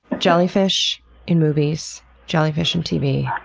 jellyfish in movies. jellyfish on tv.